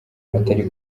atari